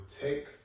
take